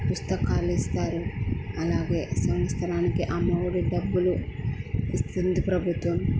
పుస్తకాలు ఇస్తారు అలాగే సంవత్సరానికి అమ్మఒడి డబ్బులు ఇస్తుంది ప్రభుత్వం